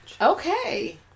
Okay